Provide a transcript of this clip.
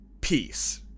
peace